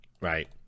Right